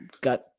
got